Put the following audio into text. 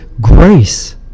grace